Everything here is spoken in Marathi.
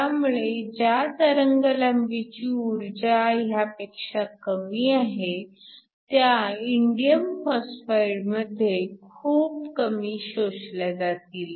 त्यामुळे ज्या तरंगलांबीची ऊर्जा ह्यापेक्षा कमी आहे त्या इंडियम फॉस्फाईड मध्ये खूप कमी शोषल्या जातील